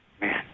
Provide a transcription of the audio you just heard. man